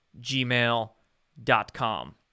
gmail.com